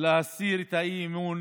להסיר את האי-אמון